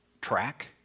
track